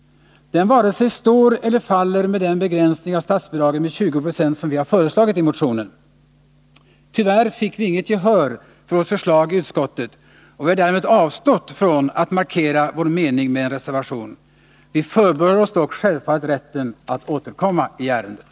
Den varken står eller faller med den begränsning av statsbidraget med 20 96 som vi har föreslagit i motionen. Tyvärr fick vi inget gehör för vårt förslag i utskottet, och vi har därför avstått från att markera vår mening med en reservation. Vi förbehåller oss dock självfallet rätten att återkomma i ärendet.